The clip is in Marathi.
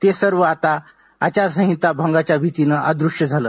ते सर्व आता आचारसंहिता भंगाच्या भीतीनं अदृश्य झाले